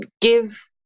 give